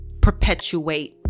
perpetuate